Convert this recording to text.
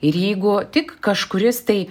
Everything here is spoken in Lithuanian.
ir jeigu tik kažkuris tai